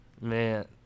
Man